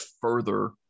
further